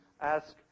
ask